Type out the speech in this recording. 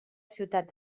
ciutat